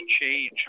change